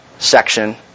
section